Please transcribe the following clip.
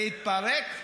תתפרק?